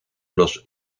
los